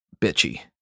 bitchy